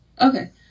okay